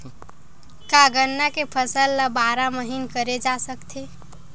का गन्ना के फसल ल बारह महीन करे जा सकथे?